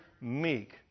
meek